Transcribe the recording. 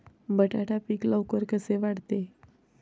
बटाटा पीक लवकर कसे वाढते?